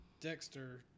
Dexter